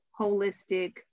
holistic